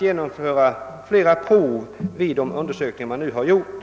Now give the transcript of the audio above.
genomföra fler prov vid undersökningarna.